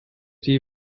die